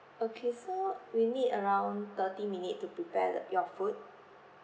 okay so we need around thirty minute to prepare the your food